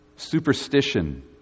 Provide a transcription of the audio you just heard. Superstition